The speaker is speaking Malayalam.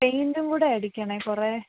പെയിൻറ്റും കൂടി അടിക്കണം കുറെ